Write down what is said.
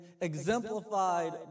exemplified